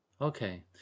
okay